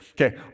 Okay